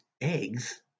eggs